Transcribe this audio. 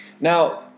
Now